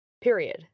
period